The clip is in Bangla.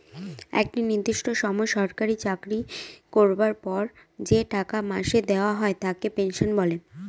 একটা নির্দিষ্ট সময় সরকারি চাকরি করবার পর যে টাকা মাসে দেওয়া হয় তাকে পেনশন বলে